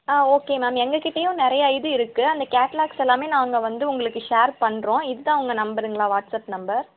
ஆ okay ma'am எங்கள் கிட்டேயும் நிறைய இது இருக்குது அந்த கேட்டலாக்ஸ் எல்லாமே நாங்கள் வந்து உங்களுக்கு ஷேர் பண்ணுறோம் இதுதான் உங்கள் நம்பருங்களா வாட்ஸ்அப் நம்பர்